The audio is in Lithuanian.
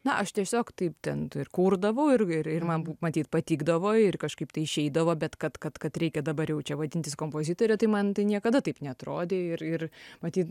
na aš tiesiog taip ten t ir kurdavau ir ir man matyt patikdavo ir kažkaip tai išeidavo bet kad kad kad reikia dabar jaučia vadintis kompozitore tai man tai niekada taip neatrodė ir ir matyt